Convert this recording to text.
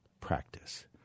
practice